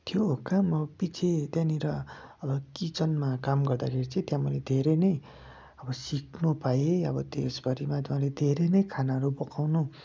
थियो काम अब पिच्छे त्यहाँनिर अब किचनमा काम गर्दाखेरि चाहिँ त्यहाँ मैले धेरै नै अब सिक्नु पाएँ अब त्यस बारेमा त मैले धेरै नै खानाहरू पकाउनु